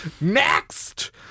Next